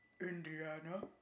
Indiana